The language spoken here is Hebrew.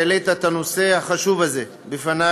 על שהעלית את הנושא החשוב הזה בפני,